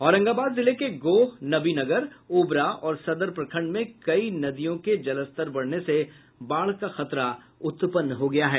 औरंगाबाद जिले के गोह नवीनगर ओबरा और सदर प्रखंड में कई नदियों का जलस्तर बढ़ने से बाढ़ का खतरा उत्पन्न हो गया है